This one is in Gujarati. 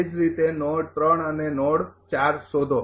એ જ રીતે નોડ અને નોડ શોધો